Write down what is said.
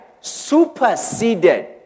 superseded